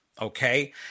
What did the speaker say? Okay